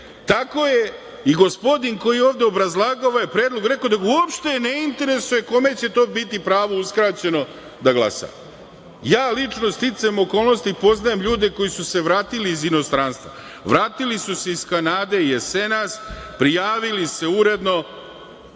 Tako je i gospodin koji je ovde obrazlagao ovaj predlog rekao da ga uopšte ne interesuje kome će to biti pravo uskraćeno da glasa. Ja lično, sticajem okolnosti, poznajem ljude koji su se vratili iz inostranstva, vratili su se iz Kanade jesenas, prijavili se uredno